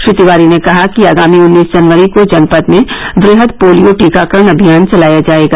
श्री तिवारी ने कहा कि आगामी उन्नीस जनवरी को जनपद में वृहद पोलियो टीकाकरण अभियान चलाया जाएगा